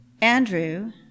Andrew